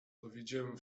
powiedziałem